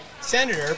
senator